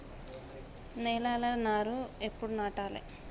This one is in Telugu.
నేలలా నారు ఎప్పుడు నాటాలె?